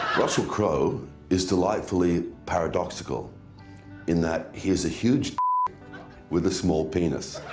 russell crowe is delightfully paradoxical in that he is a huge with a small penis.